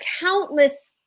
countless